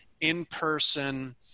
in-person